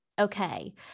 Okay